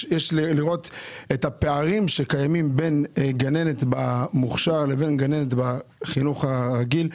יש לראות את הפערים שקיימים בין גננת במוכשר לבין גננת בחינוך הרגיל.